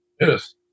Yes